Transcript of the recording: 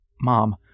Mom